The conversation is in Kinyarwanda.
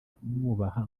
kumwubaha